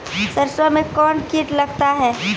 सरसों मे कौन कीट लगता हैं?